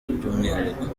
by’umwihariko